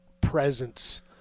presence